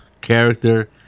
character